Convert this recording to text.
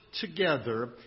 together